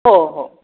हो हो